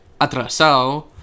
atrasado